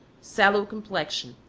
sallow complexion,